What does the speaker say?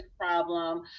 problem